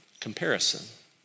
Comparison